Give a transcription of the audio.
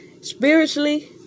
spiritually